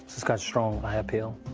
it's got strong eye appeal.